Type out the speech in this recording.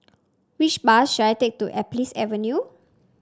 which bus should I take to Alps Avenue